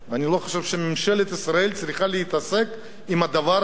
אני לא חושב שממשלת ישראל צריכה להתעסק עם הדבר הזה,